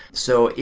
so,